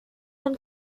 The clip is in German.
von